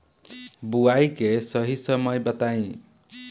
बुआई के सही समय बताई?